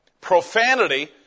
profanity